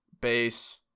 base